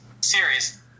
series